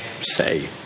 say